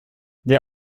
der